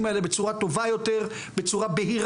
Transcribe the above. שבהם באמת המכללות יכולות לקחת את ההובלה.